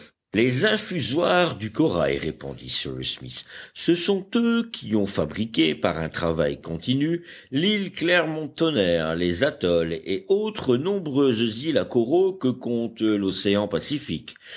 les infusoires du corail répondit cyrus smith ce sont eux qui ont fabriqué par un travail continu l'île clermont-tonnerre les atolls et autres nombreuses îles à coraux que compte l'océan pacifique